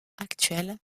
actuel